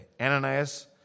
Ananias